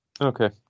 Okay